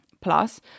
Plus